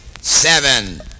seven